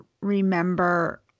remember